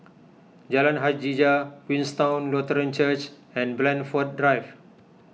Jalan Hajijah Queenstown Lutheran Church and Blandford Drive